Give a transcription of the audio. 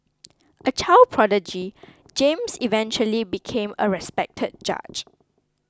a child prodigy James eventually became a respected judge